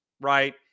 right